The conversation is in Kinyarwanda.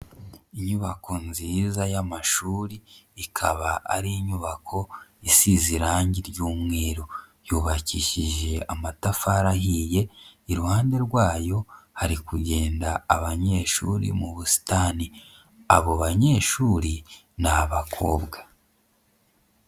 Inyubako nziza y'amashuri, ikaba ari inyubako isize irangi ry'umweru, yubakishije amatafari ahiye, iruhande rwayo hari kugenda abanyeshuri mu busitani, abo banyeshuri ni abakobwa.